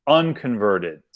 unconverted